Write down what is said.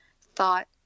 thought